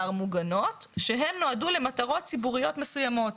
מוגנות שהן נועדו למטרות ציבוריות מסוימות.